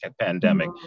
pandemic